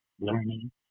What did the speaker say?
learning